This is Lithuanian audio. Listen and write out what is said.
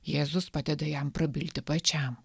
jėzus padeda jam prabilti pačiam